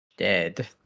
dead